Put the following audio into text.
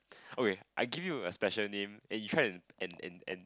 okay I give you a special name and you try to and and and